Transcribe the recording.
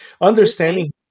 understanding